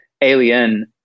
Alien